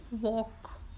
walk